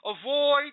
Avoid